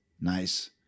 Nice